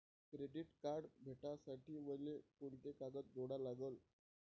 Credit card भेटासाठी मले कोंते कागद जोडा लागन?